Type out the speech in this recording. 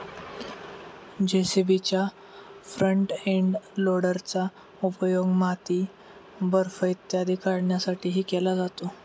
जे.सी.बीच्या front end लोडरचा उपयोग माती, बर्फ इत्यादी काढण्यासाठीही केला जातो